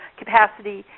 capacity,